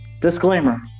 Disclaimer